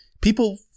People